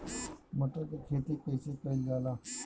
मटर के खेती कइसे कइल जाला?